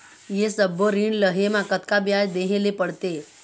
ये सब्बो ऋण लहे मा कतका ब्याज देहें ले पड़ते?